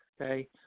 okay